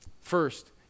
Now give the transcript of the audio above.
First